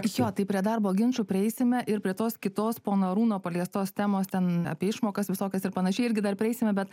jo tai prie darbo ginčų prieisime ir prie tos kitos po narūno paliestos temos ten apie išmokas visokias ir panašiai irgi dar prieisime bet